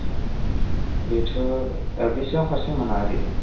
आस्सा बेथ' बेसेबां पारसेन्ट मोना ओरैनो